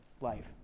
life